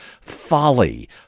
folly